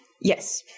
Yes